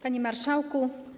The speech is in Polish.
Panie Marszałku!